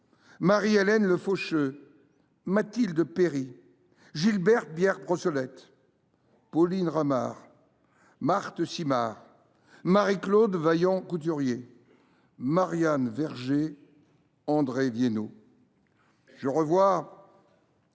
Marie Hélène Lefaucheux, Mathilde Péri, Gilberte Pierre Brossolette, Pauline Ramart, Marthe Simard, Marie Claude Vaillant Couturier, Marianne Verger et Andrée Viénot. Je revois